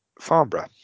Farnborough